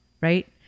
Right